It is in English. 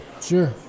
sure